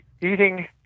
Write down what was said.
Eating